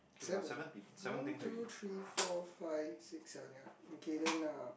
seven one two three four five six seven ya okay then uh